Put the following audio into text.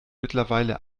mittlerweile